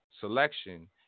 selection